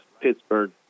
Pittsburgh